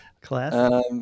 Class